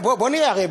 בואו נראה,